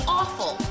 awful